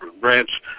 branch